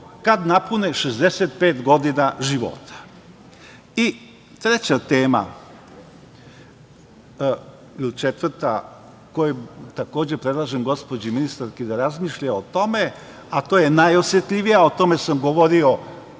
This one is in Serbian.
kad napune 65 godina života. Treća tema ili četvrta koju takođe predlažem gospođi ministarki da razmišlja o tome, a to je najosetljivija tema, o tome sam govorio